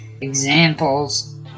Examples